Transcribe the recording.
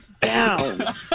down